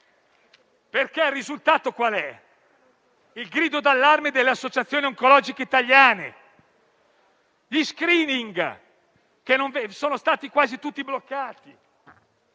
Il risultato qual è? Il grido d'allarme delle associazioni oncologiche italiane, con gli *screening* che sono stati quasi tutti bloccati.